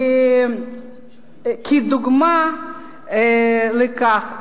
וכדוגמה לכך,